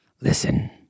Listen